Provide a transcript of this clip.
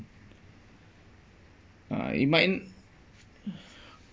uh it might end